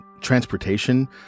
transportation